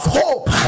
hope